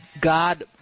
God